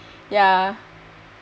ya